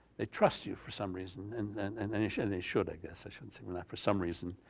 they trust you for some reason and initially they should i guess i shouldn't say well, not for some reason,